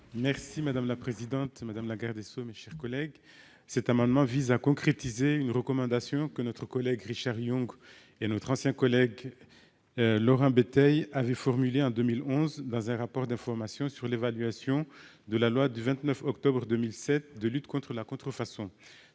Marche, est ainsi libellé : La parole est à M. Thani Mohamed Soilihi. Cet amendement vise à concrétiser une recommandation que notre collègue Richard Yung et notre ancien collègue Laurent Béteille avaient formulée, en 2011, dans leur rapport d'information sur l'évaluation de la loi du 29 octobre 2007 de lutte contre la contrefaçon.